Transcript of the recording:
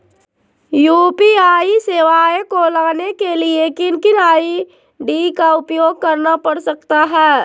UPI सेवाएं को लाने के लिए किन किन आई.डी का उपयोग करना पड़ सकता है?